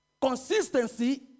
consistency